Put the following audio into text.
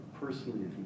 personally